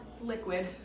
liquid